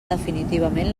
definitivament